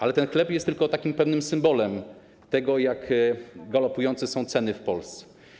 Ale ten chleb jest tylko takim pewnym symbolem tego, jak galopujące są ceny w Polsce.